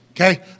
okay